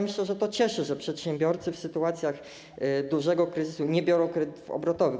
Myślę, że to cieszy, że przedsiębiorcy w sytuacjach dużego kryzysu nie biorą kredytów obrotowych.